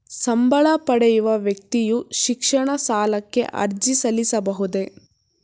ಸಂಬಳ ಪಡೆಯುವ ವ್ಯಕ್ತಿಯು ಶಿಕ್ಷಣ ಸಾಲಕ್ಕೆ ಅರ್ಜಿ ಸಲ್ಲಿಸಬಹುದೇ?